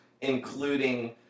including